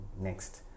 next